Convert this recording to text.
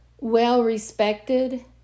well-respected